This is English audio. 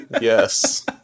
Yes